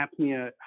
apnea